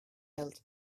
health